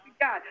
God